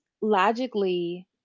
logically